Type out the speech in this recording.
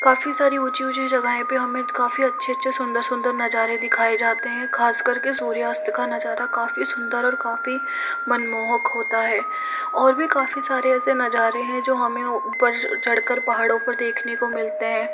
काफ़ी सारी ऊँची ऊँची जगहें पर हमें काफ़ी अच्छे अच्छे सुंदर सुंदर नज़ारे दिखाए जाते है खास कर के सूर्यास्त का नजारा काफ़ी सुंदर और काफ़ी मन मोहक होता है ओर भी काफ़ी सारे ऐसे नजारें है जो हमे ऊपर चढ़ कर पहाड़ों पर देखने को मिलते है